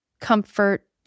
Comfort